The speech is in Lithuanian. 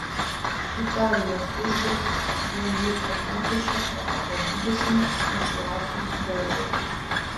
italijos iždas vien muito mokesčio prarado dvidešimt milijardų dolerių